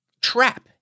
trap